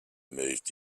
moved